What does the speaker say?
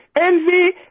envy